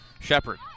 Shepard